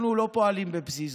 אנחנו לא פועלים בפזיזות.